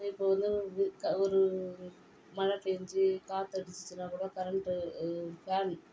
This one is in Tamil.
இப்போது வந்து க ஒரு ஒரு மழை பேஞ்சு காற்று அடிச்சுச்சின்னா கூட கரண்டு ஃபேன்